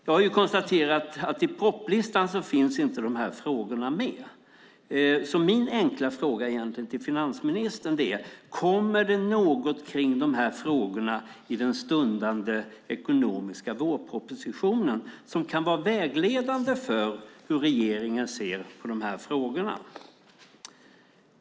Jag har konstaterat att de här frågorna inte finns med i propositionslistan. Min enkla fråga till finansministern är: Kommer det något om dessa frågor i den stundande ekonomiska vårpropositionen som kan vara vägledande för hur regeringen ser på de här frågorna?